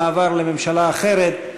המעבר לממשלה אחרת,